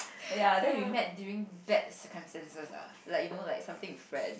ya then we made during bad circumstances ah like you know like something with friend